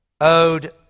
owed